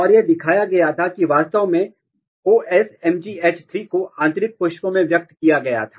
और यह दिखाया गया था कि वास्तव में OsMGH3 को आंतरिक पुष्प अंगों में व्यक्त किया गया था